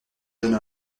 jeune